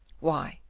why,